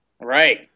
Right